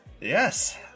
Yes